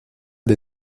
des